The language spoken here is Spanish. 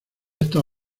estas